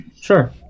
sure